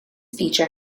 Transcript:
feature